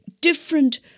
different